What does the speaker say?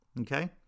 okay